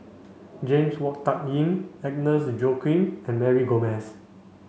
James Wong Tuck Yim Agnes Joaquim and Mary Gomes